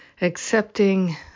accepting